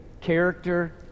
character